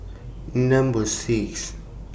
Number six